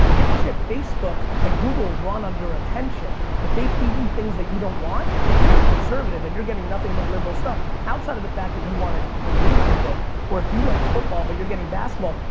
you have to so understand facebook and google run on your attention. if they feed you things that you don't want, if you're conservative and you're getting nothing but liberal stuff, outside of the fact that you want to engage with it or if you like football but you're getting basketball,